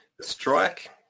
strike